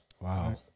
Wow